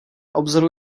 obzoru